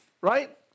Right